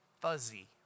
fuzzy